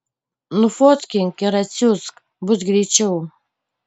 nufotkink ir atsiųsk bus greičiau